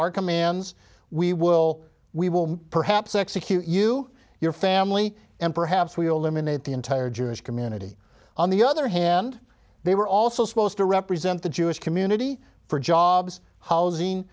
our commands we will we will perhaps execute you your family and perhaps we'll eliminate the entire jewish community on the other hand they were also supposed to represent the jewish community for jobs housing